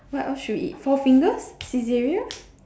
what else should we eat four fingers Saizeriya